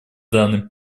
данный